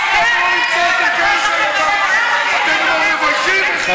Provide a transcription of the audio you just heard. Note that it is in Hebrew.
אתם לא מתביישים, ?